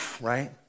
right